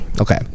okay